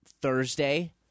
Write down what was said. Thursday